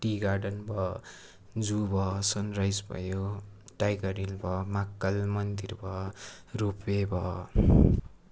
T garden भयो zoo भयो sunrise भयो टाइगर हिल भयो महाकाल मन्दिर भयो रोप वे भयो